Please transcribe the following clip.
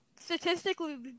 statistically